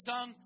Son